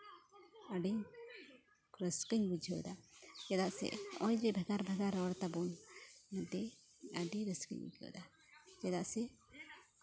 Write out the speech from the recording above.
ᱟᱹᱰᱤ ᱨᱟᱹᱥᱠᱟᱹᱧ ᱵᱩᱡᱷᱟᱹᱣᱮᱫᱟ ᱪᱮᱫᱟᱜ ᱥᱮ ᱱᱚᱜᱼᱚᱸᱭ ᱡᱮ ᱵᱷᱮᱜᱟᱨ ᱵᱷᱮᱜᱟᱨ ᱨᱚᱲ ᱛᱟᱵᱚᱱ ᱟᱹᱰᱤ ᱟᱹᱰᱤ ᱨᱟᱹᱥᱠᱟᱹᱧ ᱟᱹᱭᱠᱟᱹᱣᱮᱫᱟ ᱪᱮᱫᱟᱜ ᱥᱮ